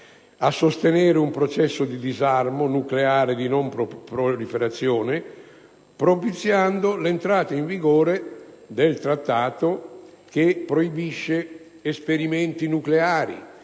a sostenere un processo di disarmo nucleare di non proliferazione, propiziando l'entrata in vigore del Trattato sulla proibizione degli esperimenti nucleari